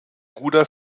guter